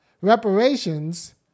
reparations